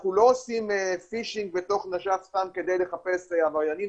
אנחנו לא עושים פישינג בתוך נש"פ סתם כדי לחפש עבריינים,